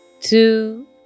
two